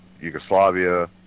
Yugoslavia